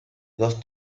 dos